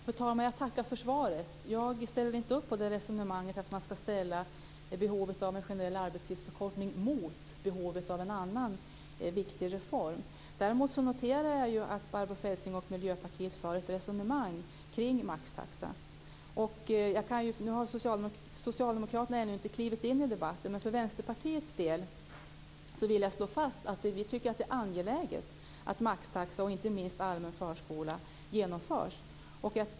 Fru talman! Jag tackar för svaret. Jag ställer inte upp på resonemanget att man ska ställa behovet av en generell arbetstidsförkortning mot behovet av en annan viktig reform. Däremot noterade jag att Barbro Feltzing och Miljöpartiet för ett resonemang kring maxtaxa. Nu har Socialdemokraterna ännu inte klivit in i debatten. Men för Vänsterpartiets del vill jag slå fast att vi tycker att det är angeläget att maxtaxa, och inte minst allmän förskola, genomförs.